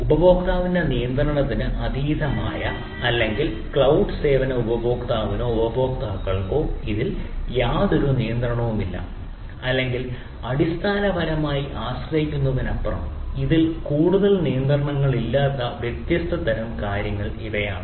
ഉപഭോക്താവിന്റെ നിയന്ത്രണത്തിന് അതീതമായ അല്ലെങ്കിൽ ക്ലൌഡ് സേവന ഉപഭോക്താവിനോ ഉപയോക്താക്കൾക്കോ ഇതിൽ യാതൊരു നിയന്ത്രണവുമില്ല അല്ലെങ്കിൽ അടിസ്ഥാനപരമായി ആശ്രയിക്കുന്നതിനപ്പുറം ഇതിൽ കൂടുതൽ നിയന്ത്രണങ്ങളില്ലാത്ത വ്യത്യസ്ത തരം കാര്യങ്ങൾ ഇവയാണ്